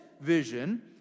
vision